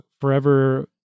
forever